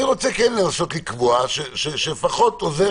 אני רוצה כן לנסות לקבוע שלפחות עוזר